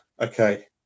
okay